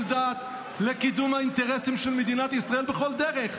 דעת לקידום האינטרסים של מדינת ישראל בכל דרך.